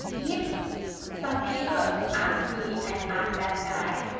if some people ask me and ask this guy,